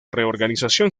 reorganización